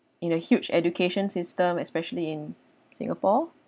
in a huge education system especially in singapore